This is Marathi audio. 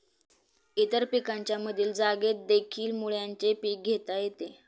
इतर पिकांच्या मधील जागेतदेखील मुळ्याचे पीक घेता येते